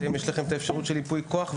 יש לכם אפשרות של ייפוי כוח,